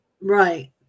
Right